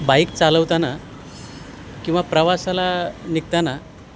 bike चालवताना किंवा प्रवासाला निघताना